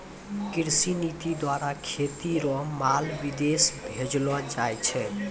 कृषि नीति द्वारा खेती रो माल विदेश भेजलो जाय छै